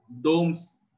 domes